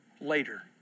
later